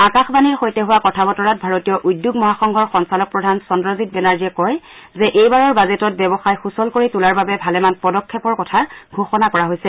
আকাশবাণীৰ সৈতে হোৱা কথাত ভাৰতীয় উদ্যোগ মহা সংঘৰ সঞ্চালক প্ৰধান চন্দ্ৰজিৎ বেনাৰ্জীয়ে কয় যে এইবাৰৰ বাজেটত ব্যৱসায় সূচল কৰি তোলাৰ বাবে ভালেমান পদক্ষেপৰ কথা ঘোষণা কৰা হৈছে